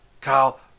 Kyle